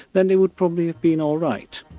then they would probably have been all right.